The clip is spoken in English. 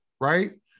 right